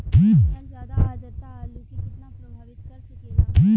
कम या ज्यादा आद्रता आलू के कितना प्रभावित कर सकेला?